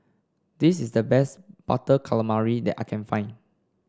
this is the best Butter Calamari that I can find